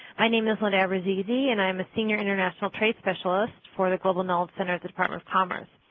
my name is linda abbruzzese, and i'm a senior international trade specialist for the global knowledge center at the department of commerce.